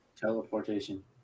Teleportation